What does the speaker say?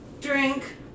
Drink